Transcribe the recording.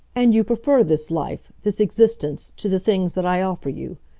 and you prefer this life this existence, to the things that i offer you!